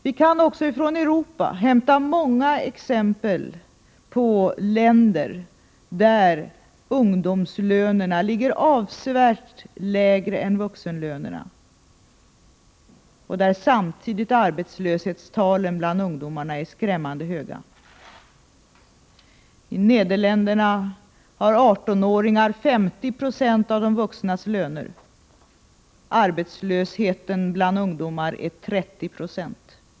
Vi kan också från Europa hämta många exempel på länder där ungdomslönerna ligger avsevärt lägre än vuxenlönerna och där samtidigt arbetslöshetstalen bland ungdomarna är skrämmande höga. I Nederländerna har 18 åringar 50 26 av de vuxnas löner. Arbetslösheten bland ungdomar är 30 Ze.